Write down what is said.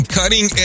cutting